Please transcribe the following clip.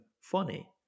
funny